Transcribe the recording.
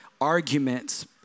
arguments